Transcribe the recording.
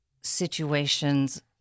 situations